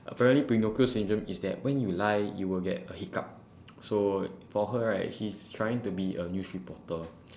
apparently pinocchio syndrome is that when you lie you will get a hiccup so for her right she's trying to be a news reporter